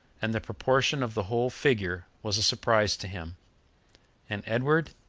and the proportion of the whole figure was a surprise to him and edward,